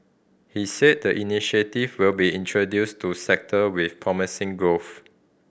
he said the initiative will be introduced to sector with promising growth